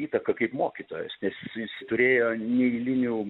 įtaką kaip mokytojas nes jis turėjo neeilinių